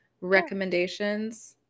recommendations